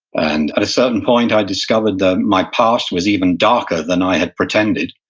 and at a certain point i discovered that my past was even darker than i had pretended,